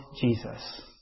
Jesus